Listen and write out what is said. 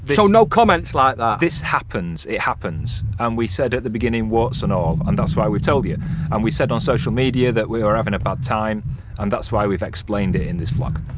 so no comments like that! ah this happens it happens and we said at the beginning warts and all and that's why we've told you and we said on social media that we are having about time and that's why we've explained it in this vlog,